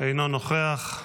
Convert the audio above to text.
אינו נוכח,